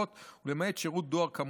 ולמעט שירות דואר כמותי,